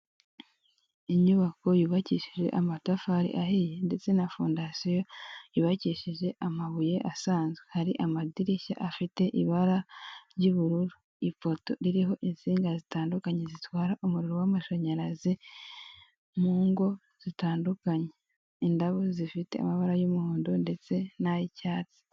Inyubako yubakishije amatafari ahiye ndetse na fondasiyo yubakishije amabuye asanzwe. Hari amadirishya afite ibara ry'ubururu, ipoto ririho insinga zitandukanye zitwara umuriro w'amashanyarazi mu ngo zitandukanye. Indabo zifite amabara y'umuhondo ndetse n'ay'icyatsi.